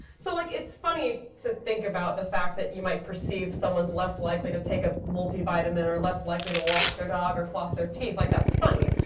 so like it's funny to think about the fact that you might perceive someone's less likely to take a multi-vitamin, or less likely to walk their dog, or floss their teeth like that's funny.